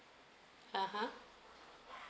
(uh huh)